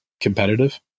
competitive